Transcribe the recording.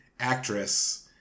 Actress